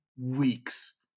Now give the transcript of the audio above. weeks